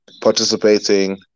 participating